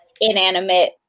inanimate